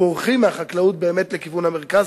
והם בורחים מהחקלאות לכיוון המרכז.